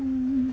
ও